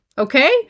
okay